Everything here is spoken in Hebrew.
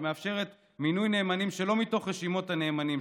שמאפשרת מינוי נאמנים שלא מתוך רשימות הנאמנים,